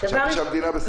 חשבתי שהמדינה בסגר מלא.